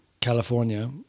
California